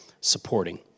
supporting